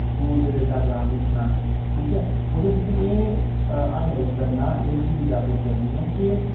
दूर दरेडा ग्रां दस्सना असें ठीक ऐ ओह्दे च असें एह् हाईलाइट करना एह् चीज उजागर करनी ऐ के